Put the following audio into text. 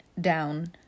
down